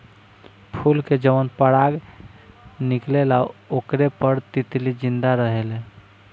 फूल से जवन पराग निकलेला ओकरे पर तितली जिंदा रहेले